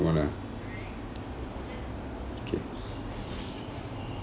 come on lah okay